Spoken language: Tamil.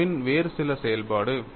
தீட்டாவின் வேறு சில செயல்பாடு